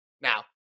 Now